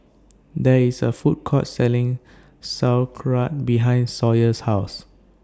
There IS A Food Court Selling Sauerkraut behind Sawyer's House